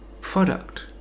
product